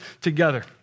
together